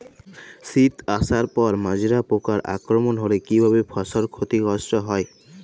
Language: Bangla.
শীষ আসার পর মাজরা পোকার আক্রমণ হলে কী ভাবে ফসল ক্ষতিগ্রস্ত?